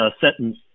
sentence